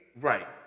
right